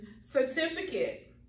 certificate